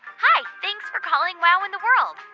hi. thanks for calling wow in the world.